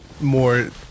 more